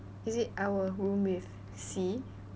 is it I will room with C